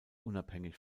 unabhängig